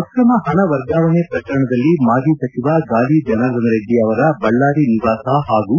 ಆಕ್ರಮ ಪಣ ವರ್ಗಾವಣೆ ಪ್ರಕರಣದಲ್ಲಿ ಮಾಜಿ ಸಚಿವ ಗಾಲಿ ಜನಾರ್ದನ ರೆಡ್ಡಿ ಅವರ ಬಳ್ಳಾರಿ ನಿವಾಸ ಪಾಗೂ